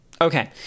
Okay